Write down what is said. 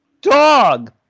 dog